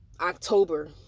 October